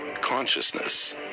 consciousness